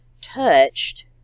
touched